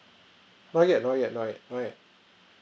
not yet not yet not yet not yet